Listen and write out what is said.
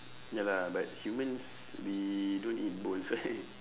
ya lah but humans we don't eat bones right